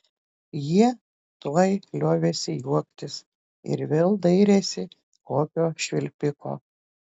jie tuoj liovėsi juoktis ir vėl dairėsi kokio švilpiko